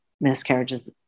miscarriages